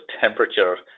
temperature